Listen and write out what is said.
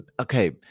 okay